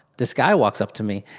this guy walks up to me,